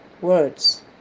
words